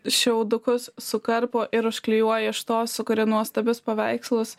šiaudukus sukarpo ir užklijuoja iš to sukuria nuostabius paveikslus